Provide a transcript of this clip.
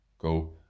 Go